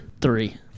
Three